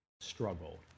struggle